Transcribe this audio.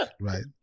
right